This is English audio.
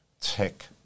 tech